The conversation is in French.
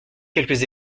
quelques